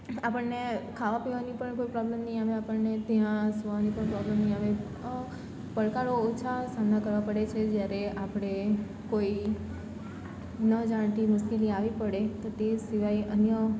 આપણને ખાવા પીવાની પણ કોઈ પ્રોબ્લમ નહીં આવે આપણને ત્યાં સુવાની પણ પ્રોબ્લેમ નહીં આવે તો પડકારો ઓછા સહન કરવા પડે છે જ્યારે આપણે કોઈ ન જાણતી મુશ્કેલી આવી પડે તે સિવાય અન્ય